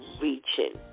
reaching